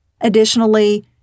Additionally